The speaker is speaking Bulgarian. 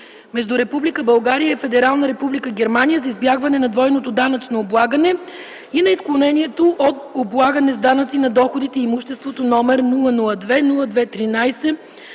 между Република България и Федерална Република Германия за избягване на двойното данъчно облагане и на отклонението от облагане с данъци на доходите и имуществото, № 002-02-13,